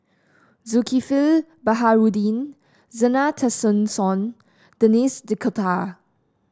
Zulkifli Baharudin Zena Tessensohn Denis D'Cotta